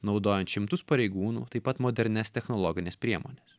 naudojant šimtus pareigūnų taip pat modernias technologines priemones